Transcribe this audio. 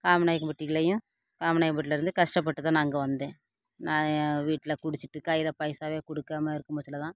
காமநாயக்கன்பட்டிலேயும் காமநாயக்கன் பட்டிலேருந்து கஷ்டப்பட்டு தான் நான் இங்கே வந்தேன் வீட்டில் குடிச்சிட்டு கையில் பைசாவே கொடுக்காம இருக்கும்போதில் தான்